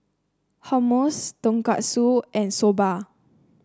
Hummus Tonkatsu and Soba